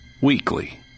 weekly